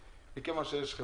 כאשר יש כמה